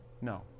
No